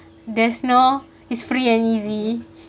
there's no it's free and easy